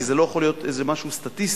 כי זה לא יכול להיות איזה משהו סטטיסטי.